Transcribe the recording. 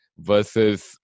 versus